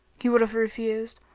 he would have refused,